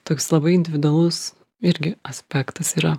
toks labai individualus irgi aspektas yra